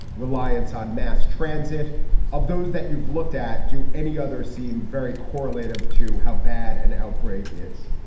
reliance on mass transit of those that you've looked at. do any others seem very correlated to how bad an outbreak is?